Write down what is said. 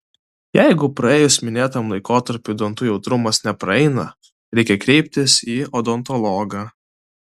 jeigu praėjus minėtam laikotarpiui dantų jautrumas nepraeina reikia kreiptis į odontologą